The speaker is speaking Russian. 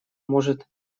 может